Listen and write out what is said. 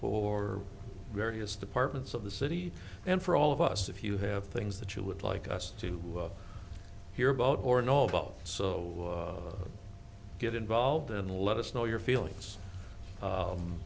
for various departments of the city and for all of us if you have things that you would like us to hear about or know all about so get involved and let us know your feelings